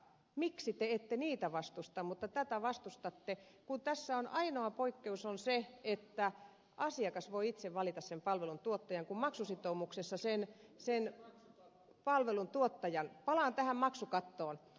miksi te ette niitä vastusta mutta tätä vastustatte kun tässä on ainoa poikkeus se että asiakas voi itse valita sen palveluntuottajan kun maksusitoumuksessa sen palveluntuottajan palaan tähän maksukattoon